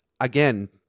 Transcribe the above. again